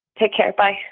take care. bye.